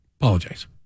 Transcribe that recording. apologize